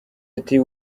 ati